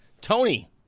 Tony